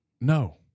No